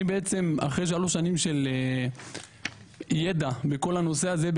אחרי שלוש שנים של ידע בכל הנושא הזה,